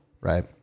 right